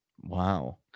Wow